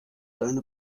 deine